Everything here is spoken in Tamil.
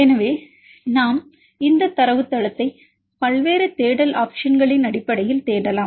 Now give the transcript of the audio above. எனவே இப்போது நாம் இந்த தரவுத்தளத்தை பல்வேறு தேடல் ஆப்ஷன்களின் அடிப்படையில் தேடலாம்